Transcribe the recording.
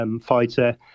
fighter